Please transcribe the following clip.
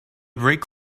brake